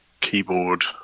keyboard